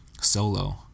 solo